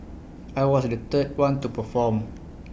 I was the third one to perform